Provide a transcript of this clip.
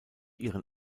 ihren